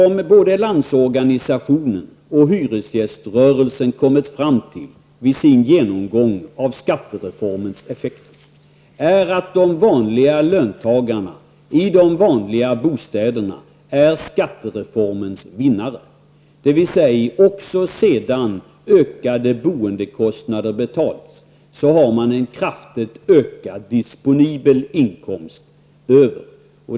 Både landsorganisationen och hyresgäströrelsen har vid sin genomgång av skattereformens effekter kommit fram till att de vanliga löntagarna i de vanliga bostäderna är skattereformens vinnare. Även sedan ökade boendekostnader har betalats kvarstår en kraftigT ökad disponibel inkomst.